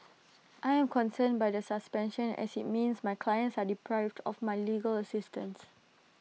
I am concerned by the suspension as IT means my clients are deprived of my legal assistance